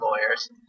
lawyers